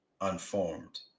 unformed